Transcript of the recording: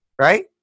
Right